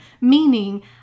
Meaning